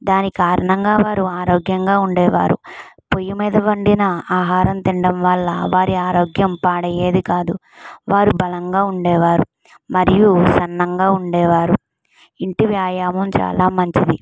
దాని కారణంగా వారు ఆరోగ్యంగా ఉండేవారు పొయ్య మీద వండినా ఆహారం తినడం వల్ల వారి ఆరోగ్యం పాడయ్యేది కాదు వారు బలంగా ఉండేవారు మరియు సన్నగా ఉండేవారు ఇంటి వ్యాయామం చాలా మంచిది